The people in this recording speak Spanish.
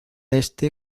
este